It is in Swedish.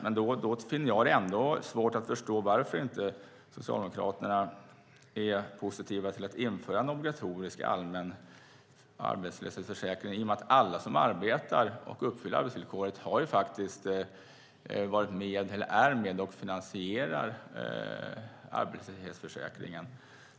Men jag har svårt att förstå varför inte Socialdemokraterna är positiva till att införa en obligatorisk allmän arbetslöshetsförsäkring i och med att alla som arbetar och uppfyller arbetsvillkoret är med och finansierar arbetslöshetsförsäkringen.